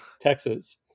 Texas